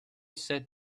sat